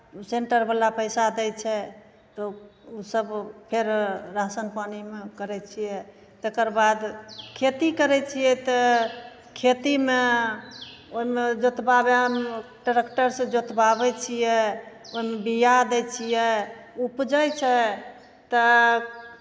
सेंटरवला पैसा दै छै तब ओसभ फेर राशन पानीमे कराइ छियै तकर बाद खेती करै छियै तऽ खेतीमे ओहिमे जतबामे अन्न ट्रेक्टरसँ जोतवाबै छियै ओहिमे बिआ दै छियै उपजै छै तऽ